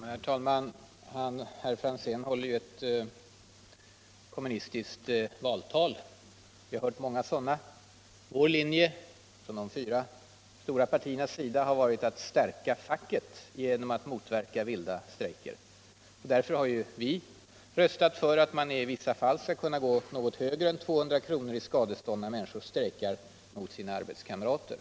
Nr 29 Herr talman! Herr Franzén höll ett kommunistiskt valtal. Vi har hört Torsdagen den många sådana. Vår linje, från de fyra stora partiernas sida, har varit 18 november 1976 att stärka facket genom att motverka vilda strejker. Därför har vi i rer geringspartierna röstat för att man i vissa fall skall kunna gå något högre Om bötesbeloppet än 200 kr. i skadestånd när människor strejkar mot sina arbetskamrater.